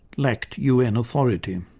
lacked un authority.